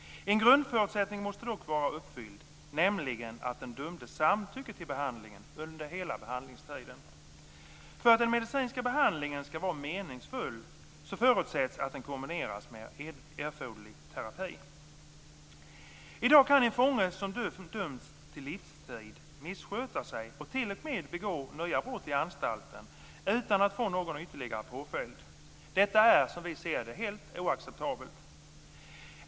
En grundförutsättning måste dock vara uppfylld, nämligen att den dömde samtycker till behandling under hela behandlingstiden. För att den medicinska behandlingen ska vara meningsfull förutsätts att den kombineras med erforderlig terapi. I dag kan en fånge som dömts till livstid missköta sig och t.o.m. begå nya brott i anstalten utan att få någon ytterligare påföljd. Detta är, som vi ser det, helt oacceptabelt.